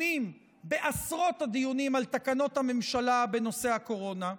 בעשרות הדיונים על תקנות הממשלה בנושא הקורונה: